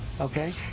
Okay